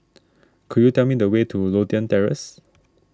could you tell me the way to Lothian Terrace